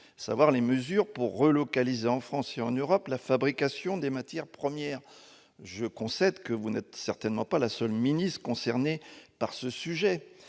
vise les mesures pour relocaliser en France et en Europe la fabrication des matières premières. Je concède que vous n'êtes certainement pas la seule ministre concernée par ce sujet.